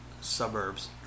suburbs